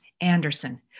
Anderson